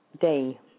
day